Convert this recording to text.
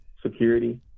Security